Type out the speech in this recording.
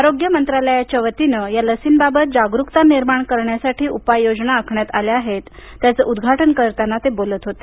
आरोग्य मंत्रालयाच्या वतीनं या लसींबाबत जागरूकता निर्माण करण्यसाठी उपयायोजना आखण्यात आल्या आहेत त्याचं उदघाटन करताना ते बोलत होते